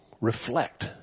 reflect